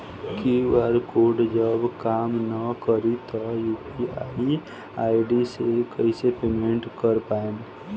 QR code जब काम ना करी त यू.पी.आई आई.डी से कइसे पेमेंट कर पाएम?